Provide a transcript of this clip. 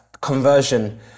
conversion